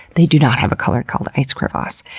they do not have a color called ice crevasse.